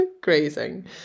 Grazing